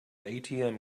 atm